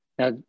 Now